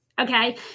Okay